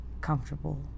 comfortable